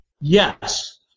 Yes